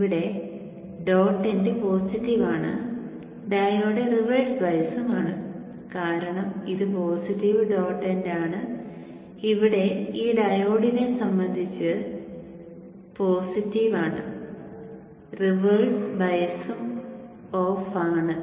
ഇവിടെ dot end positive ആണ് diode reverse bias ആണ് കാരണം ഇത് പോസിറ്റീവ് ഡോട്ട് എൻഡ് ആണ് ഇവിടെ ഈ ഡയോഡിനെ സംബന്ധിച്ച് പോസിറ്റീവ് ആണ് റിവേഴ്സ് ബയസും ഓഫും ആണ്